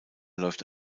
läuft